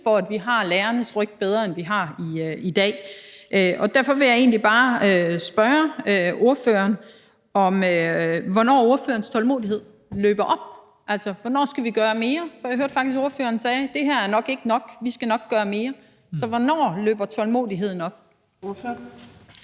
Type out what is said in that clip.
for at vi har lærernes ryg bedre, end vi har i dag. Derfor vil jeg egentlig bare spørge ordføreren: Hvornår slipper ordførerens tålmodighed op? Hvornår skal vi gøre mere? Jeg hørte faktisk ordføreren sige, at det her nok ikke er nok, at vi nok skal gøre mere, så hvornår slipper tålmodigheden op?